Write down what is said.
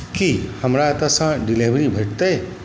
की हमरा एतयसँ डिलीवरी भेटतै